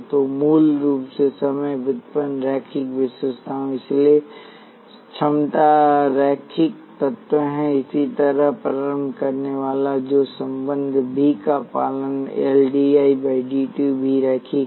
तो मूल रूप से समय व्युत्पन्न रैखिक विशेषताओं इसलिए क्षमता रैखिक तत्व है इसी तरह प्रारंभ करनेवाला जो संबंध V का पालन करता है L dI dt भी रैखिक है